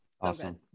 awesome